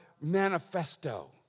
manifesto